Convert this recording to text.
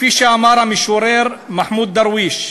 כפי שאמר המשורר מחמוד דרוויש: